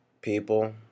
people